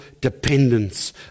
dependence